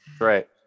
right